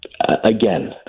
again